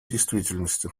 действительности